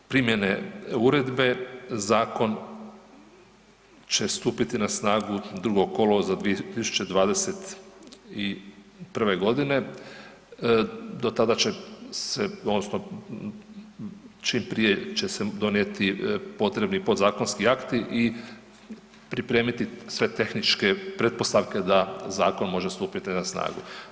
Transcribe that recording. Evo zbog primjene uredbe zakon će stupiti na snagu 2. kolovoza 2021. godine, do tada će se non stop, čim prije će se donijeti potrebni podzakonski akti i pripremiti sve tehničke pretpostavke da zakon može stupiti na snagu.